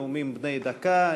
נאומים בני דקה.